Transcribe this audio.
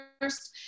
first